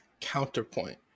Counterpoint